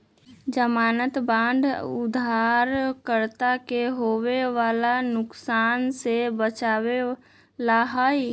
ज़मानत बांड उधारकर्ता के होवे वाला नुकसान से बचावे ला हई